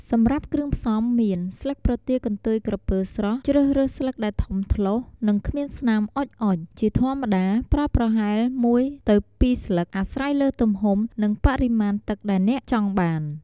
សម្រាប់គ្រឿងផ្សំមាន ស្លឹកប្រទាលកន្ទុយក្រពើស្រស់ ជ្រើសរើសស្លឹកដែលធំថ្លោស និងគ្មានស្នាមអុចៗ ជាធម្មតា ប្រើប្រហែល ១-២ ស្លឹក អាស្រ័យលើទំហំ និងបរិមាណទឹកដែលអ្នកចង់បាន។